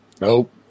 Nope